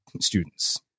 students